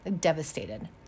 devastated